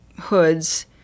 hoods